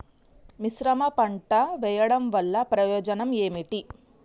మిశ్రమ పంట వెయ్యడం వల్ల ప్రయోజనం ఏమిటి?